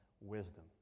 wisdom